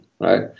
right